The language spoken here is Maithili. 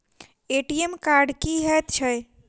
ए.टी.एम कार्ड की हएत छै?